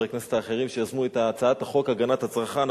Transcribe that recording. חברי הכנסת האחרים שיזמו את הצעת חוק הגנת הצרכן,